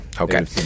Okay